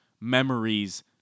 memories